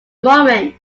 moment